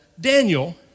Daniel